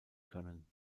können